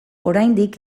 oraindik